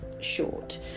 short